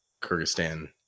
Kyrgyzstan